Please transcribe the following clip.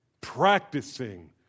Practicing